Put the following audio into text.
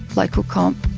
local comp.